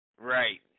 Right